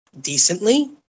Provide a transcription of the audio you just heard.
decently